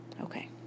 Okay